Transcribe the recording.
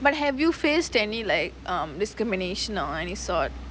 but have you faced any like um discrimination or any sort